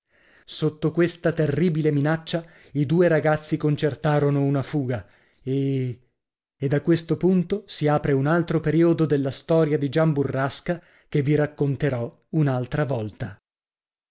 sotto questa terribile minaccia i due ragazzi concertarono una fuga e e da questo punto si apre un altro periodo della storia di gian burrasca che vi racconterò un'altra volta